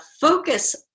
focus